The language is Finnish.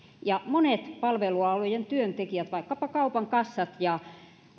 ja monet palvelualojen työntekijät vaikkapa kaupan kassat ja